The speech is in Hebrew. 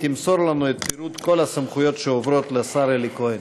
תמסור לנו את פירוט כל הסמכויות שעוברות לשר אלי כהן.